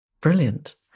brilliant